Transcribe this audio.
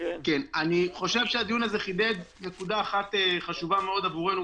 אני חושב שהדיון הזה כיבד נקודה אחת חשובה מאוד גם עבורנו,